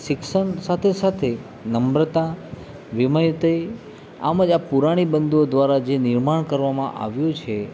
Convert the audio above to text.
શિક્ષણ સાથે સાથે નમ્રતા નિરમેટી આમ જ આ બધા પુરાણી બંધુઓ દ્વારા જે નિર્માણ કરવામાં આવ્યું છે